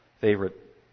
favorite